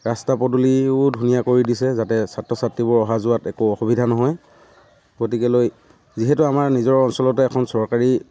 ৰাস্তা পদূলিও ধুনীয়া কৰি দিছে যাতে ছাত্ৰ ছাত্ৰীবোৰ অহা যোৱাত একো অসুবিধা নহয় গতিকে লৈ যিহেতু আমাৰ নিজৰ অঞ্চলতে এখন চৰকাৰী